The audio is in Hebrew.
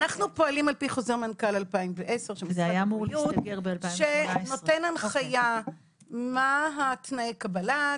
אנחנו פועלים על פי חוזר מנכ"ל 2010 שנותן הנחייה מה תנאי הקבלה,